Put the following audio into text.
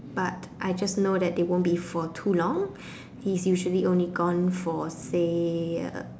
but I just know that they won't be for too long he's usually only gone for say